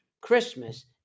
Christmas